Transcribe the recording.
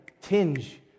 tinge